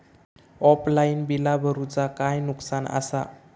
Offline बिला भरूचा काय नुकसान आसा?